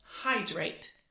hydrate